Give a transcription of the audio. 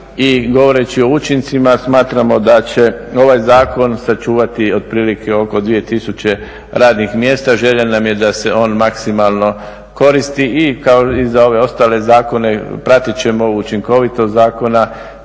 i govoreći o učincima smatramo da će ovaj zakon sačuvati otprilike oko 2000 radnih mjesta. Želja nam je da se on maksimalno koristi i za ove ostale zakone pratit ćemo učinkovitost zakona